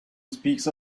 speaks